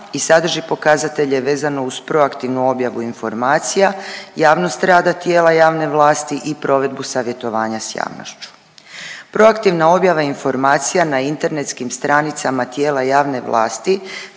i sadrži pokazatelje vezano uz proaktivnu objavu informacija, javnost rada tijela javne vlasti i provedbu savjetovanja s javnošću. Proaktivna objava informacija na internetskim stranicama tijela javne vlasti